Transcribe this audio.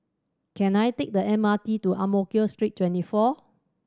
can I take the M R T to Ang Mo Kio Street Twenty four